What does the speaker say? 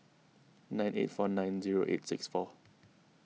nine eight four nine zero eight six four